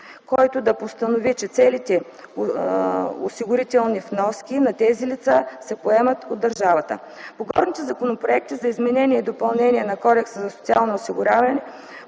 който да постанови, че целите осигурителни вноски на тези лица се поемат от държавата. По горните законопроекти за изменение и допълнение на Кодекса за социално осигуряване